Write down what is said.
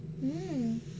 mm